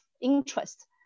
interest